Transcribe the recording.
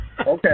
okay